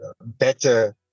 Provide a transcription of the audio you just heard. better